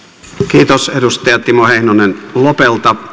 kiitos edustaja timo heinonen lopelta